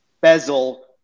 bezel